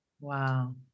wow